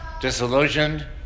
Disillusioned